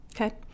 Okay